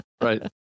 Right